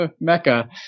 Mecca